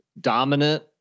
dominant